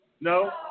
No